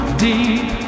deep